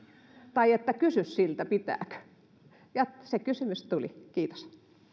tai että kysy siltä pitääkö ja se kysymys tuli kiitos